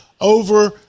over